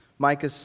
Micah